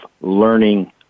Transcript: learning